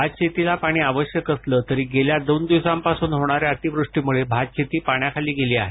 भातशेतीला पाणी आवश्यक असलं तरी गेल्या दोन दिवसांपासून होणाऱ्या अतिवृष्टीमूळे भातशेती पाण्याखाली गेली आहे